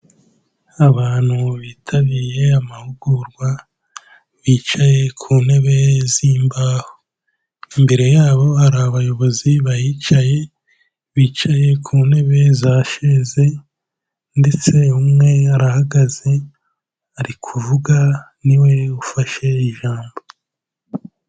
Abantu bitabiye amahugurwa bicaye ku ntebe zimbaho, imbere yabo hari abayobozi bahicaye, bicaye ku ntebe za sheze ndetse umwe arahagaze ari kuvuga niwe ufashe ijambo.